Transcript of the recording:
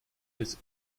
his